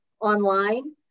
online